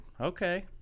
okay